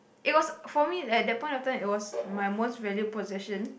it was for me at that point of time it was my most valued possession